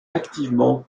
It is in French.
activement